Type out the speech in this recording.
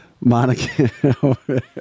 Monica